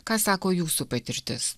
ką sako jūsų patirtis